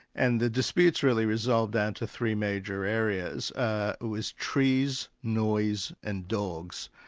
and the disputes really resolved down to three major areas ah it was trees, noise and dogs.